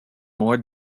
more